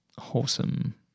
wholesome